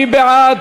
מי בעד?